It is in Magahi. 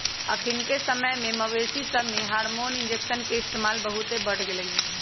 अखनिके समय में मवेशिय सभमें हार्मोन इंजेक्शन के इस्तेमाल बहुते बढ़ गेलइ ह